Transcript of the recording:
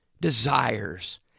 desires